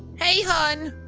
hey hon?